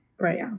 Right